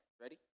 Ready